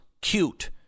cute